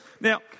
Now